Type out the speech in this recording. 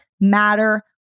matter